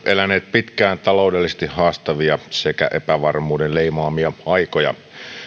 eläneet pitkään taloudellisesti haastavia sekä epävarmuuden leimaamia aikoja